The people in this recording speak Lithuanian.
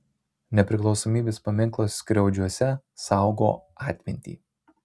nepriklausomybės paminklas skriaudžiuose saugo atmintį